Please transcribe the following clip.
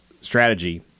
strategy